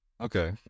Okay